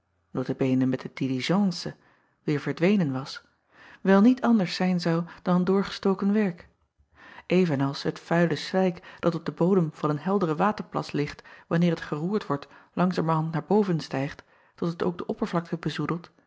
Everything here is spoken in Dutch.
met de diligence weêr verdwenen was wel niet anders zijn zou dan doorgestoken werk ven als het vuile slijk dat op den bodem van een helderen waterplas ligt wanneer het geroerd wordt langzamerhand naar boven stijgt tot het ook de oppervlakte